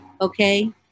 okay